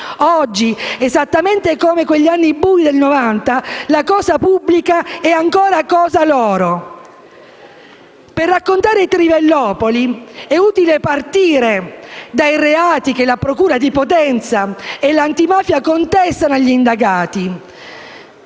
Oggi, esattamente come in quei bui anni Novanta, la cosa pubblica è ancora cosa loro. Per raccontare Trivellopoli è utile partire dai reati che la procura di Potenza e l'antimafia contestano agli indagati.